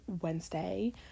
Wednesday